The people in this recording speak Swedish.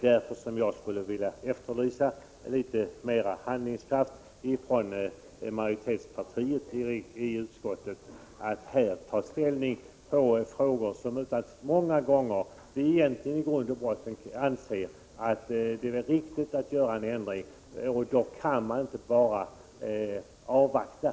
Därför skulle jag vilja efterlysa mera handlingskraft från majoritetspartiets företrädare i utskottet, så att man tar ställning till frågor där man många gånger anser att det i grund och botten är riktigt att göra en ändring. Under sådana förhållanden kan man inte avvakta.